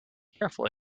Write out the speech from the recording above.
careful